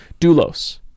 Dulos